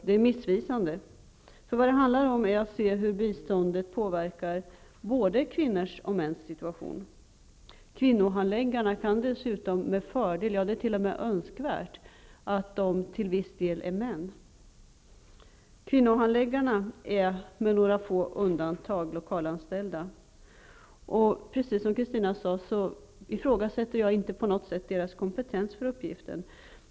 Det är missvisande, för vad det handlar om är att se hur biståndet påverkar både kvinnors och mäns situation. Kvinnohandläggarna kan dessutom med fördel -- ja, det är t.o.m. önskvärt -- till viss del vara män. Kvinnohandläggarna är med några få undantag lokalanställda. Precis som Kristina Svensson ifrågasätter jag inte på något sätt deras kompentens för uppgiften.